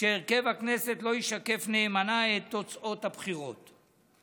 שהרכב הכנסת לא ישקף נאמנה את תוצאות הבחירות.